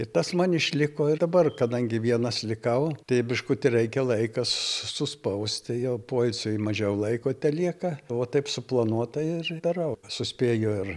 ir tas man išliko ir dabar kadangi vienas likau tai biškutį reikia laikas suspausti jau poilsiui mažiau laiko telieka vo taip suplanuota ir darau suspėju ir